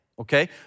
okay